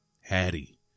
Hattie